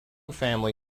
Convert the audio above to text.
family